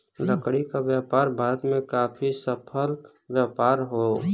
लकड़ी क व्यापार भारत में काफी सफल व्यापार हौ